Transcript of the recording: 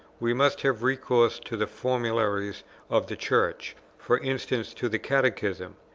we must have recourse to the formularies of the church for instance to the catechism,